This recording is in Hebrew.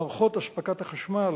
מערכות אספקת החשמל